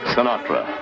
Sinatra